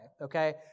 okay